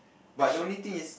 but the only thing is